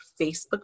Facebook